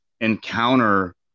Encounter